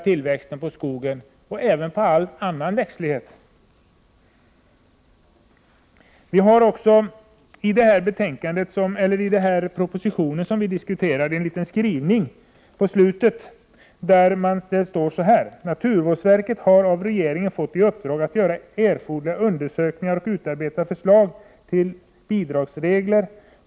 Tillväxten av skogen och även av all annan växtlighet försämras. I den proposition som vi nu behandlar står det: ”Naturvårdsverket har av regeringen fått i uppdrag att göra erforderliga undersökningar och utarbeta förslag till bidragsregler.